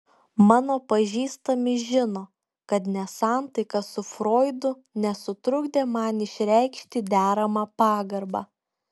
mano pažįstami žino kad nesantaika su froidu nesutrukdė man išreikšti deramą pagarbą